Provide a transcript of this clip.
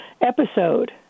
episode